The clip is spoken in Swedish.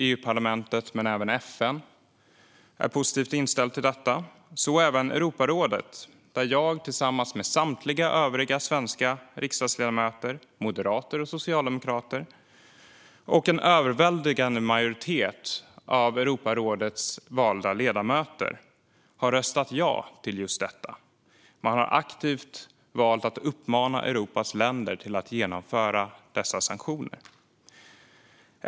EU-parlamentet men även FN är positivt inställda till detta. Så även Europarådet där jag tillsammans med samtliga övriga svenska riksdagsledamöter där - moderater och socialdemokrater - och en överväldigande majoritet av rådets valda ledamöter har röstat ja till just detta. Man har aktivt valt att uppmana Europas länder att genomföra dessa sanktioner.